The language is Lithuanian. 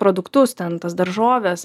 produktus ten tas daržoves